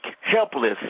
helpless